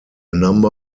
number